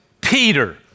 Peter